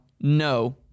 no